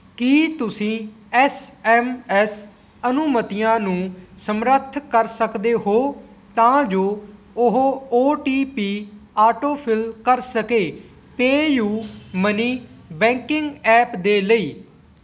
ਕੀ ਤੁਸੀਂਂ S M S ਅਨੁਮਤੀਆਂ ਨੂੰ ਸਮਰੱਥ ਕਰ ਸਕਦੇ ਹੋ ਤਾਂ ਜੋ ਉਹ ਓ ਟੀ ਪੀ ਆਟੋਫਿਲ ਕਰ ਸਕੇ ਪੇਯੂਮਨੀ ਬੈਂਕਿੰਗ ਐਪ ਦੇ ਲਈ